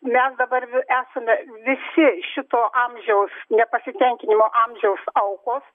mes dabar esame visi šito amžiaus nepasitenkinimo amžiaus aukos